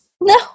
No